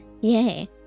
Yay